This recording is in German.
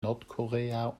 nordkorea